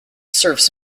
serves